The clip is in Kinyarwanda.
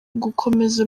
gukomeza